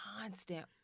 constant